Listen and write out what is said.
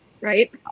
right